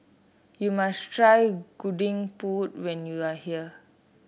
you must try Gudeg Putih when you are here